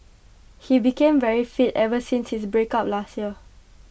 he became very fit ever since his breakup last year